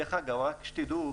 דרך אגב, רק שתדעו,